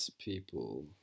people